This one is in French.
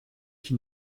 qui